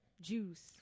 Juice